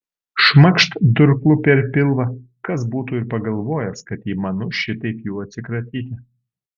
šmakšt durklu per pilvą kas būtų ir pagalvojęs kad įmanu šitaip jų atsikratyti